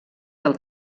del